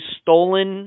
stolen